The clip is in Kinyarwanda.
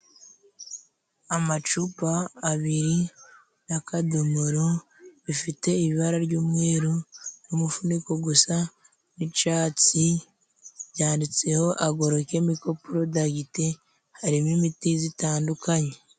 Amacupa abiri n' akadomoro bifite ibara ry'umweru n'umufuniko gusa n'icatsi byanditseho agorokemiko porodagite harimo imiti zitandukanye.